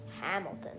Hamilton